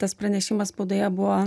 tas pranešimas spaudoje buvo